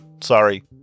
Sorry